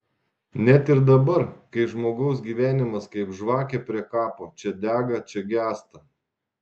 net ir dabar kai žmogaus gyvenimas kaip žvakė prie kapo čia dega čia gęsta